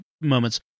moments